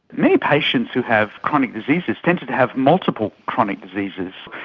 many patients who have chronic diseases tend to to have multiple chronic diseases.